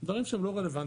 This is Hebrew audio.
דברים שהם לא רלוונטיים.